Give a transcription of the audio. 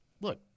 look